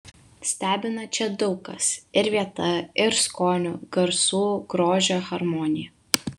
stebina čia daug kas ir vieta ir skonių garsų grožio harmonija